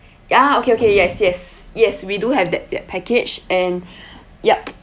ya okay okay yes yes yes we do have that that package and yup